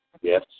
Yes